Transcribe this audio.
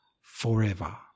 forever